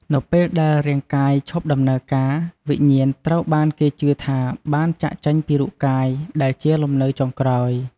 នៅពេលដែលរាង្គកាយឈប់ដំណើរការវិញ្ញាណត្រូវបានគេជឿថាបាន ចាកចេញពីរូបកាយ ដែលជាលំនៅចុងក្រោយ។